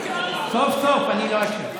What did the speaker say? סוף-סוף אני לא אשם.